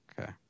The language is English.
Okay